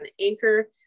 Anchor